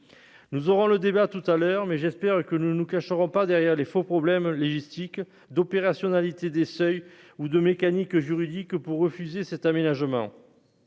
nous aurons le débat tout à l'heure, mais j'espère que nous ne nous cachons pas derrière les faux problèmes logistiques d'opérationnalité des seuils ou de mécanique juridique pour refuser cet aménagement